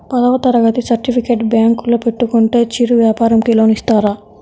పదవ తరగతి సర్టిఫికేట్ బ్యాంకులో పెట్టుకుంటే చిరు వ్యాపారంకి లోన్ ఇస్తారా?